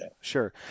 Sure